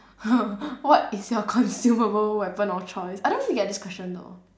what is your consumable weapon of choice I don't really get this question though